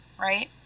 right